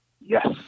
Yes